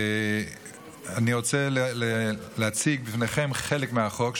אני רוצה להציג בפניכם חלק מהחוק,